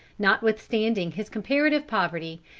notwithstanding his comparative poverty,